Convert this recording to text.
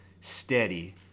steady